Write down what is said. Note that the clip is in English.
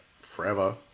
forever